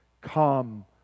come